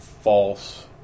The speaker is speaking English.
false